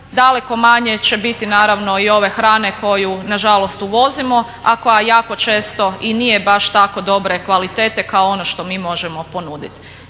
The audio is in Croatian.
daleko manje će biti naravno i ove hrane koju na žalost uvozimo, a koja jako često i nije baš tako dobre kvalitete kao ono što mi možemo ponuditi.